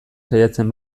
saiatzen